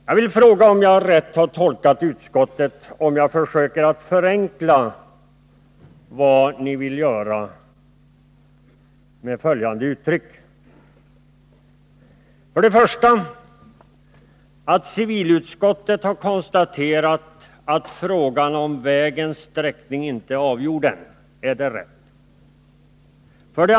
Har jag tolkat utskottet rätt, om jag försöker förenkla vad ni vill på följande sätt? För det första: Civilutskottet har konstaterat att frågan om vägens sträckning ännu inte är avgjord. Är det rätt?